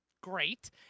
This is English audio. Great